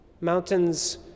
mountains